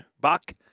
buck